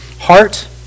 heart